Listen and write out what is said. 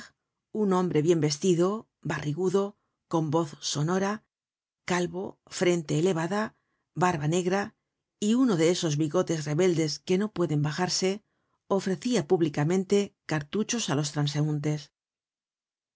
un hombre bien vestido barrigudo con voz sonora calvo frente elevada barba negra y uno de esos bigotes rebeldes que no pueden bajarse ofrecia públicamente cartuchos á los transeuntes